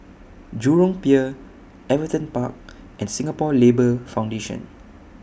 Jurong Pier Everton Park and Singapore Labour Foundation